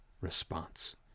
response